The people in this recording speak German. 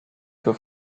für